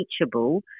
teachable